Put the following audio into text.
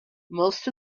most